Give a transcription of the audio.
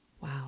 Wow